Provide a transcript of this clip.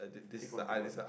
pick one pick one